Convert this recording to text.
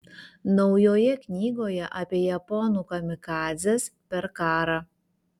naujoje knygoje apie japonų kamikadzes per karą